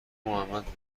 محمد